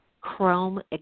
Chrome